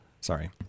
Sorry